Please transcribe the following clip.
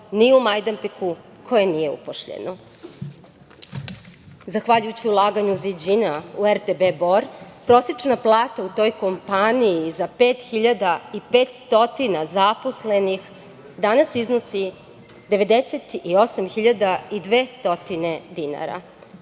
ni u Majdanpeku koje nije uposleno. Zahvaljujući ulaganju „Ziđina“ u RTB Bor, prosečna plata u toj kompaniji za 5.500 zaposlenih danas iznosi 98.200 dinara,